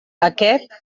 aquest